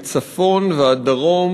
מצפון ועד דרום,